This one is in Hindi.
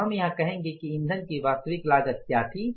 तो हम यहाँ यह कहेंगे कि ईंधन की वास्तविक लागत क्या थी